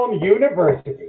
University